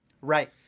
Right